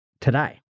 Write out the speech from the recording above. today